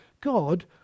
God